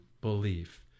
belief